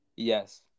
yes